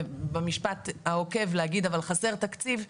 ובמשפט העוקב להגיד אבל חסר תקציב,